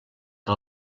que